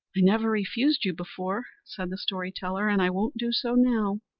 i never refused you before, said the story-teller, and i won't do so now.